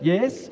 Yes